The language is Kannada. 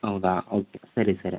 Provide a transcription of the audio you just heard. ಹೌದಾ ಓಕೆ ಸರಿ ಸರಿ